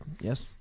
Yes